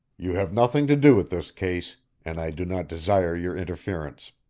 you have nothing to do with this case, and i do not desire your interference.